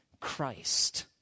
Christ